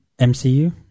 MCU